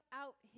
out